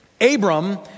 Abram